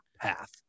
path